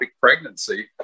pregnancy –